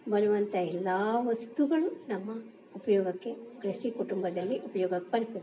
ಬರುವಂಥ ಎಲ್ಲ ವಸ್ತುಗಳೂ ನಮ್ಮ ಉಪಯೋಗಕ್ಕೆ ಕೃಷಿ ಕುಟುಂಬದಲ್ಲಿ ಉಪ್ಯೋಗಕ್ಕೆ ಬರ್ತದೆ